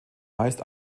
meist